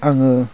आङो